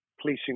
policing